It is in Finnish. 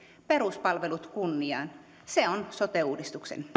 peruspalvelut kunniaan ne ovat sote uudistuksen